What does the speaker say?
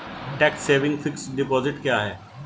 Tax saving fixed deposit क्या है?